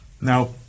Now